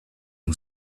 who